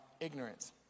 ignorance